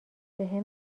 بهم